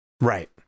right